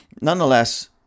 nonetheless